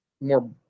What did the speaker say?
more